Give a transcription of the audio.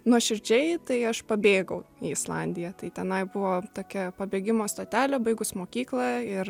nuoširdžiai tai aš pabėgau į islandiją tai tenai buvo tokia pabėgimo stotelė baigus mokyklą ir